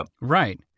Right